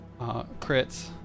Crits